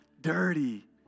Dirty